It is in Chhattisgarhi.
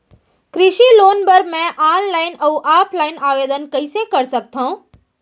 कृषि लोन बर मैं ऑनलाइन अऊ ऑफलाइन आवेदन कइसे कर सकथव?